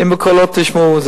אם בקולו תשמעו,